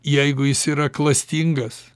jeigu jis yra klastingas